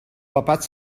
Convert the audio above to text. papat